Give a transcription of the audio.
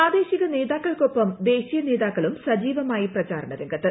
പ്രാദേശിക നേതാക്കൾക്കൊപ്പം ദേശീയ നേതാക്കളും സജീവമായി പ്രചാരണ രംഗത്ത്